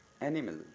Animal